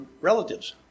relatives